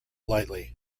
lightly